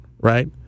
right